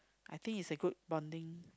I think is a good bonding